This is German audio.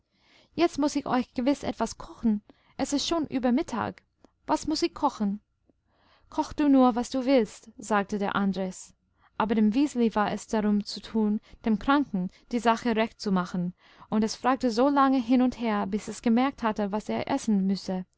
jetzt muß ich euch gewiß etwas kochen es ist schon über mittag was muß ich kochen koch du nur was du willst sagte der andres aber dem wiseli war es darum zu tun dem kranken die sache recht zu machen und es fragte so lange hin und her bis es gemerkt hatte was er essen müsse